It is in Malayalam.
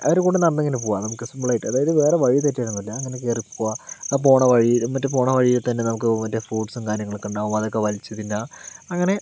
അവരുടെ കൂടെ നടന്നിങ്ങനെ പോവാം നമുക്ക് സിമ്പിളായിട്ട് അതായത് വേറെ വഴി തെറ്റാനൊന്നുമില്ല അങ്ങനെ കയറി പോവാം ആ പോണ വഴിയിൽ എന്നിട്ട് പോണ വഴിയിൽ തന്നെ നമുക്ക് ഓരോ ഫ്രൂട്ട്സും കാര്യങ്ങളൊക്കെ ഉണ്ടാവും അതൊക്കെ വലിച്ച് തിന്നാം അങ്ങനെ